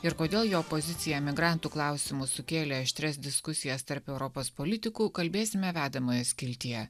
ir kodėl jo pozicija migrantų klausimu sukėlė aštrias diskusijas tarp europos politikų kalbėsime vedamoje skiltyje